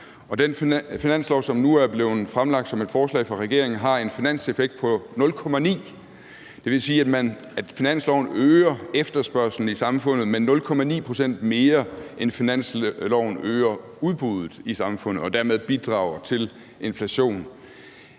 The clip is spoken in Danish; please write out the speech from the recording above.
til finanslov, der nu er blevet fremsat af regeringen, har en finanseffekt på 0,9 pct. Det vil sige, at finansloven øger efterspørgslen i samfundet med 0,9 pct. mere, end finansloven øger udbuddet i samfundet og dermed bidrager til inflationen.